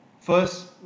First